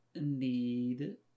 need